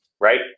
right